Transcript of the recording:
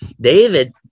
David